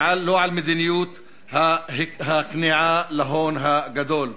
ולא על מדיניות הכניעה להון הגדול.